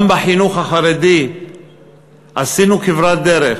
גם בחינוך החרדי עשינו כברת דרך,